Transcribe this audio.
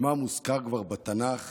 שמה מוזכר כבר בתנ"ך